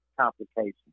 complications